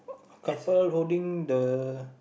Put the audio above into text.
a couple holding the